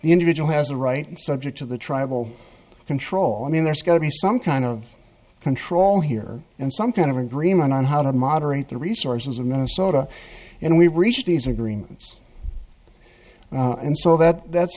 the individual has a right and subject to the tribal control i mean there's got to be some kind of control here and some kind of agreement on how to moderate the resources of minnesota and we reach these agreements and so that that's